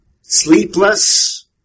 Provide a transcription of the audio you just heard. sleepless